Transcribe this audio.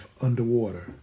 underwater